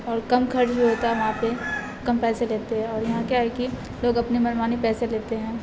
اور کم خرچ بھی ہوتا ہے وہاں پہ کم پیسے لیتے ہیں اور یہاں کیا ہے کہ لوگ اپنی منمانی پیسے لیتے ہیں